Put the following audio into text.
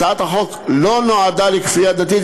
הצעת החוק לא נועדה לכפייה דתית,